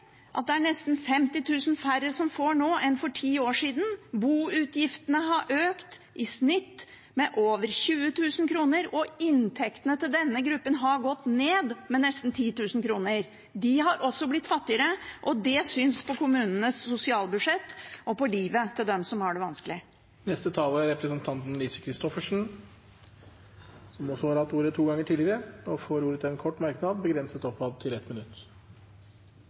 at det er nesten 50 000 færre som får nå enn det var for ti år siden. Boutgiftene har økt i snitt med over 20 000 kr, og inntektene til denne gruppen har gått ned med nesten 10 000 kr. De har også blitt fattigere, og det synes på kommunenes sosialbudsjett og på livet til dem som har det vanskelig. Representanten Lise Christoffersen har hatt ordet to ganger tidligere og får ordet til en kort merknad, begrenset til 1 minutt.